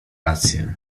rację